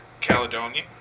Caledonia